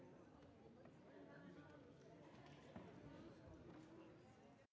Merci,